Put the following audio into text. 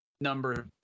number